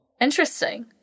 interesting